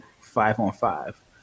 five-on-five